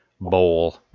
bowl